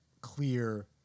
clear